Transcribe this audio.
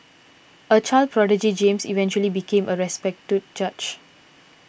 a child prodigy James eventually became a respected judge